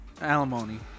Alimony